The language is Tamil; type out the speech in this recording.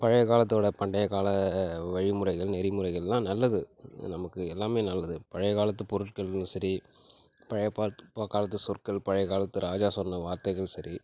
பழைய காலத்தோட பண்டைய கால வழிமுறைகள் நெறிமுறைகள்லாம் நல்லது நமக்கு எல்லாமே நல்லது பழைய காலத்து பொருட்களும் சரி பழைய பா காலத்து சொற்கள் பழைய காலத்து ராஜா சொன்ன வார்த்தைகள் சரி